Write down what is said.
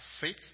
faith